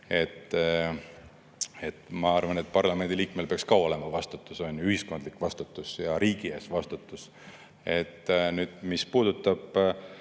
Ma arvan, et parlamendiliikmel peaks ka olema vastutus, on ju, ühiskondlik vastutus ja riigi ees vastutus. Mis puudutab